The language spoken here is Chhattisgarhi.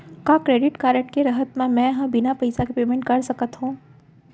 का क्रेडिट कारड के रहत म, मैं ह बिना पइसा के पेमेंट कर सकत हो?